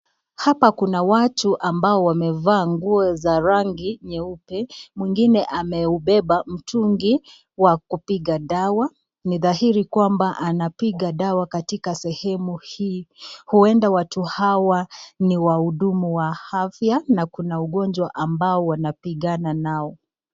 Hapa kuna watu ambao wamevaa nguo za rangi nyeupe. Mwingine ameubeba mtungi wa kupiga dawa. Ni dhahiri kwamba anapiga dawa katika sehemu hii. Huenda watu hawa ni wahudumu wa afya na kuna ugonjwa ambao wanapigana nao.